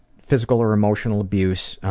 physical or emotional abuse?